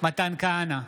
מתן כהנא,